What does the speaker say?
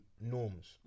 norms